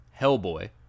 Hellboy